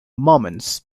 moments